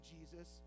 Jesus